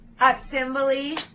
assembly